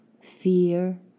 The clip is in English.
fear